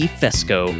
fesco